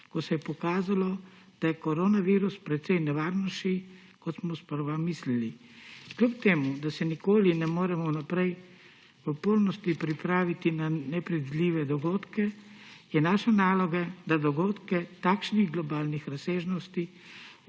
ko se je pokazalo, da je koronavirus precej nevarnejši, kot smo sprva mislili. Kljub temu da se nikoli ne moremo vnaprej v polnosti pripraviti na nepredvidljive dogodke, je naša naloga, da dogodke takšnih globalnih razsežnosti